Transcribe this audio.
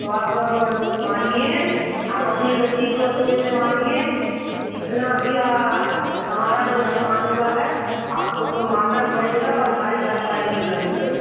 तो आप मानिए आप अपनी गलती को अच्छे से मानिए जितना भी हमारा नुकसान हुआ है आपको तो मानना पड़ेगा और हमारी भरपाई भी करनी पड़ेगी